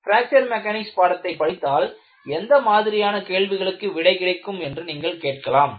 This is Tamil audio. பிராக்ச்சர் மெக்கானிக்ஸ் பாடத்தைப் படித்தால் எந்த மாதிரியான கேள்விகளுக்கு விடை கிடைக்கும் என்று நீங்கள் கேட்கலாம்